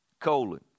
Colon